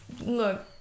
Look